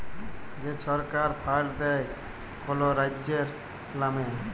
যে ছরকার ফাল্ড দেয় কল রাজ্যের লামে